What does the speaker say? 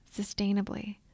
sustainably